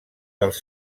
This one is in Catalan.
dels